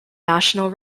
national